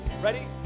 ready